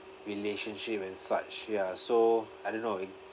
relationship and such ya so I don't know it